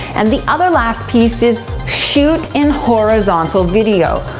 and the other last piece is, shoot in horizontal video,